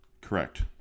Correct